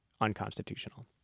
unconstitutional